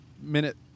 minute